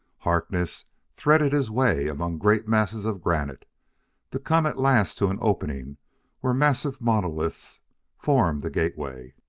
harkness threaded his way among great masses of granite to come at last to an opening where massive monoliths formed a gateway.